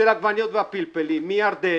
של עגבניות והפלפלים מירדן,